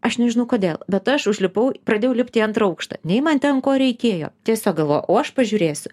aš nežinau kodėl bet aš užlipau pradėjau lipt į antrą aukštą nei man ten ko reikėjo tiesiog galvojau o aš pažiūrėsiu